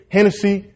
Hennessy